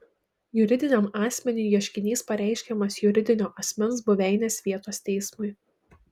juridiniam asmeniui ieškinys pareiškiamas juridinio asmens buveinės vietos teismui